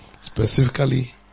Specifically